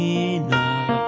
enough